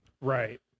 Right